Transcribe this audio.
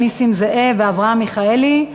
נסים זאב ואברהם מיכאלי,